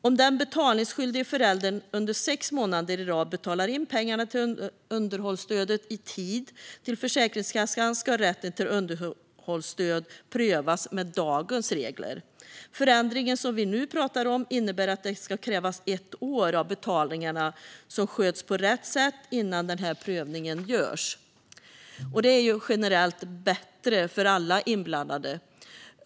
Om den betalningsskyldige föräldern under sex månader i rad betalar in pengarna till underhållsstödet till Försäkringskassan i tid ska rätten till underhållsstöd prövas med dagens regler. Förändringen vi nu pratar om innebär att det ska krävas ett år av betalningar som sköts på rätt sätt innan den prövningen görs. Det är generellt bättre för alla inblandade.